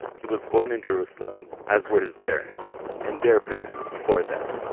he was born in jerusalem, as were his parents, and their parents before them